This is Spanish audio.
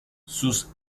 sus